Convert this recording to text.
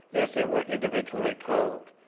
as they were invidiously called.